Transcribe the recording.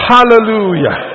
Hallelujah